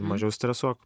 mažiau stresuok